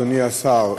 אדוני השר,